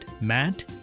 Matt